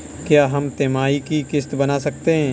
क्या हम तिमाही की किस्त बना सकते हैं?